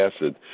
acid